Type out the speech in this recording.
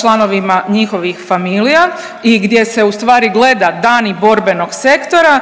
članovima njihovih familija i gdje se ustvari gleda dani borbenog sektora,